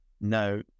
no